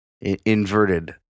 inverted